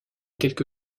quelque